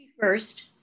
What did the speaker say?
first